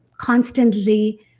constantly